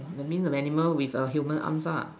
I mean a animal with a human arm lah